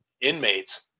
inmates